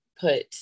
put